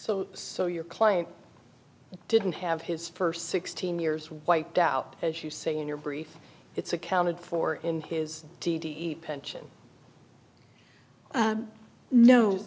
so so your client didn't have his first sixteen years wiped out as you say in your brief it's accounted for in his pension